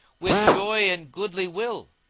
with joy and goodly will.